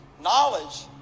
knowledge